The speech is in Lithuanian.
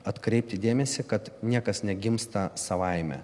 atkreipti dėmesį kad niekas negimsta savaime